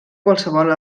qualsevol